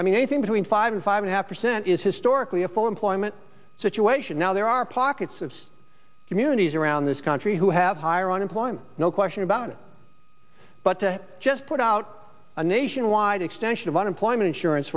i mean anything between five and five percent is historically a full employment situation now there are pockets of communities around this country who have higher unemployment no question about it but to just put out a nationwide extension of unemployment insurance